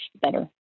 better